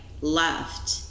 left